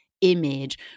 image